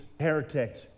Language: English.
heretics